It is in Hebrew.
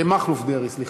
מכלוף דרעי, סליחה.